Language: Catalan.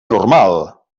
normal